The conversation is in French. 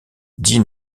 dit